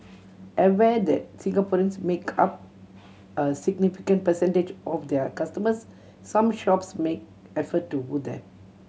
aware that Singaporeans make up a significant percentage of their customers some shops make effort to woo them